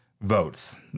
votes